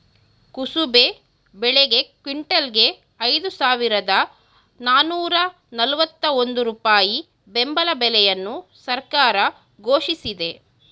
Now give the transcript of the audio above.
ಕುಸುಬೆ ಬೆಳೆಗೆ ಕ್ವಿಂಟಲ್ಗೆ ಐದು ಸಾವಿರದ ನಾನೂರ ನಲ್ವತ್ತ ಒಂದು ರೂಪಾಯಿ ಬೆಂಬಲ ಬೆಲೆಯನ್ನು ಸರ್ಕಾರ ಘೋಷಿಸಿದೆ